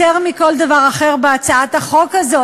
יותר מכל דבר אחר בהצעת החוק הזו.